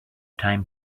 time